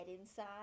inside